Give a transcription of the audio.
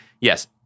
yes